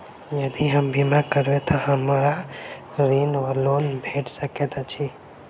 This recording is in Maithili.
यदि हम बीमा करबै तऽ हमरा ऋण वा लोन भेट सकैत अछि?